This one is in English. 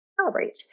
celebrate